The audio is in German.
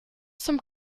zum